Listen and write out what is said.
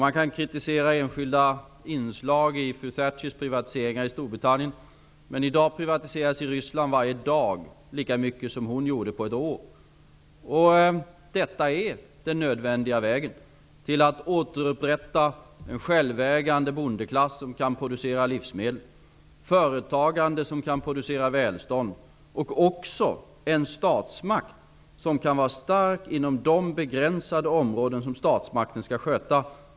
Man kan kritisera enskilda inslag i fru Thatchers privatiseringar i Storbritannien, men i dag priviatiseras i Ryssland varje dag lika mycket som hon gjorde på ett år. Detta är den nödvändiga vägen till ett återupprättande av en självägande bondeklass, som kan producera livsmedel, av företagande, som kan producera välstånd och av en statsmakt, som kan vara stark inom de begränsade områden som statsmakten skall sköta.